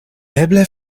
eble